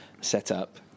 setup